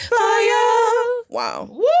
Wow